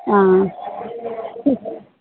অ'